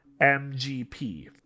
MGP